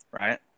Right